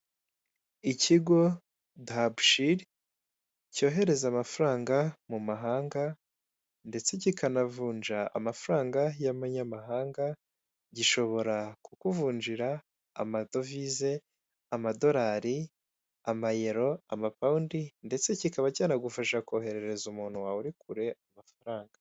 Ikigo dahapushiri cyohereza amafaranga mu mahanga ndetse kikanavunja amafaranga y'abanyamahanga gishobora kukuvunjira amadovize, amadolari, amayero amapaunndi ndetse kikaba cyanagufasha koherereza umuntu wawe uri kure amafaranga.